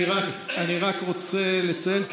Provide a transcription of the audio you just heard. אני רק רוצה לציין,